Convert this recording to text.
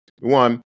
One